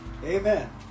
Amen